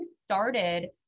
started